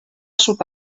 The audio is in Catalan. sud